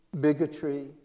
bigotry